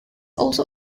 also